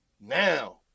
now